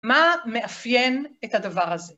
‫מה מאפיין את הדבר הזה?